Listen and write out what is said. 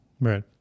Right